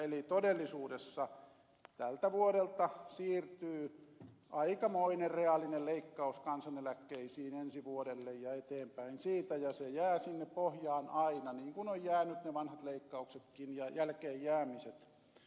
eli todellisuudessa tältä vuodelta siirtyy aikamoinen reaalinen leikkaus kansaneläkkeisiin ensi vuodelle ja eteenpäin siitä ja se jää sinne pohjaan aina niin kuin ovat jääneet ne vanhat leikkauksetkin ja jälkeenjäämiset